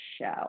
show